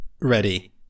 ready